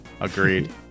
Agreed